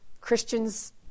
Christians